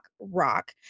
Rock